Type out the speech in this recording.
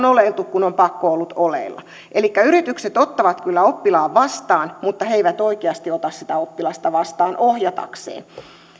oleiltu kun on pakko ollut oleilla elikkä yritykset ottavat kyllä oppilaan vastaan mutta he eivät oikeasti ota sitä oppilasta vastaan ohjatakseen